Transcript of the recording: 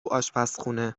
آشپزخونه